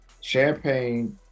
champagne